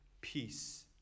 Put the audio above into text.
peace